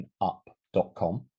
up.com